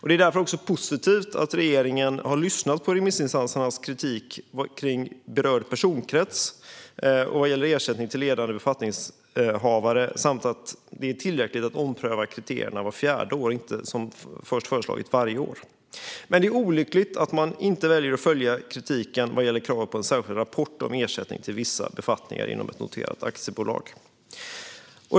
Det är därför positivt att regeringen har lyssnat på remissinstansernas kritik när det gäller berörd personkrets och ersättning till ledande befattningshavare samt att det är tillräckligt att ompröva kriterierna vart fjärde år och inte, som först föreslagits, varje år. Men det är olyckligt att man väljer att inte ta till sig kritiken vad gäller kravet på en särskild rapport om ersättningar till vissa befattningar inom ett noterat aktiebolag.